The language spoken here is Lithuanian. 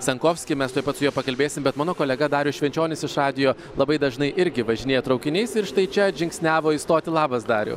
sankovski mes tuoj pat su juo pakalbėsim bet mano kolega darius švenčionis iš radijo labai dažnai irgi važinėja traukiniais ir štai čia atžingsniavo į stotį labas dariau